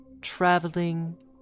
traveling